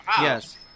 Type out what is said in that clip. Yes